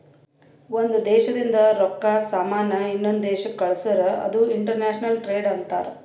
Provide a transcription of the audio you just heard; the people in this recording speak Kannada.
ಒಂದ್ ದೇಶದಿಂದ್ ರೊಕ್ಕಾ, ಸಾಮಾನ್ ಇನ್ನೊಂದು ದೇಶಕ್ ಕಳ್ಸುರ್ ಅದು ಇಂಟರ್ನ್ಯಾಷನಲ್ ಟ್ರೇಡ್ ಅಂತಾರ್